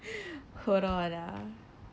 hold on ah